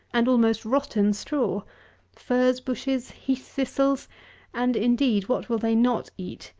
and almost rotten straw furze-bushes, heath-thistles and, indeed, what will they not eat,